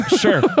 Sure